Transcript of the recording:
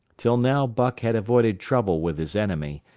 till now buck had avoided trouble with his enemy,